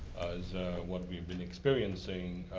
what we've been experiencing